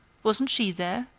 wasn't she there?